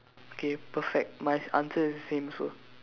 okay perfect my answer is the same also